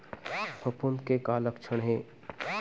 फफूंद के का लक्षण हे?